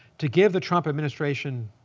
to give the trump administration